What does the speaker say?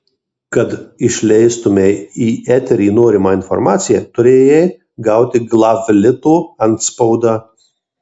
kad išleistumei į eterį norimą informaciją turėjai gauti glavlito antspaudą